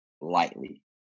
lightly